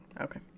Okay